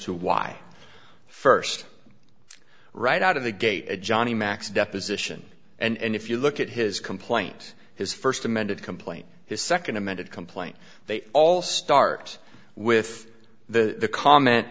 to why first right out of the gate a johnny mack's deposition and if you look at his complaint his first amended complaint his second amended complaint they all start with the comment